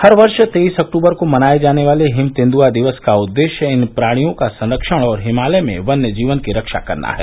हर वर्ष तेईस अक्तूबर को मनाये जाने वाले हिम तेंदुआ दिवस का उद्देश्य इन प्राणियों का संरक्षण और हिमालय में वन्य जीवन की रक्षा करना है